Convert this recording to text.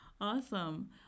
Awesome